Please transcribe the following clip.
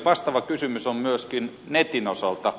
vastaava kysymys on myöskin netin osalta